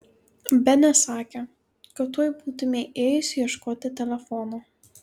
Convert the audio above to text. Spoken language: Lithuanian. benė sakė kad tuoj būtumei ėjus ieškoti telefono